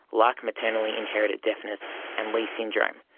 like maternally inherited deafness and leigh syndrome.